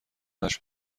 نشد